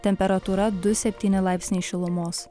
temperatūra du septyni laipsniai šilumos